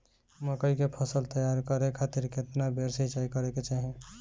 मकई के फसल तैयार करे खातीर केतना बेर सिचाई करे के चाही?